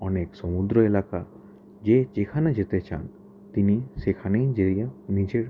অনেক সমুদ্র এলাকা যে যেখানে যেতে চান তিনি সেখানেই জায়গায় নিজের